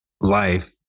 life